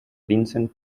vincent